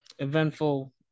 Eventful